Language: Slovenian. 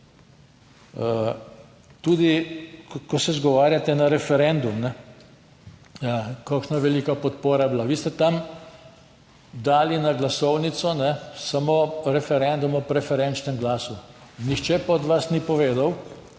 Tudi, ko se izgovarjate na referendum, kakšna velika podpora je bila. Vi ste tam dali na glasovnico samo referendum o preferenčnem glasu, nihče pa od vas ni povedal,